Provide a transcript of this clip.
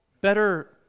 better